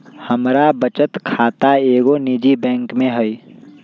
हमर बचत खता एगो निजी बैंक में हइ